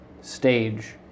stage